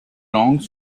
langues